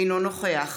אינו נוכח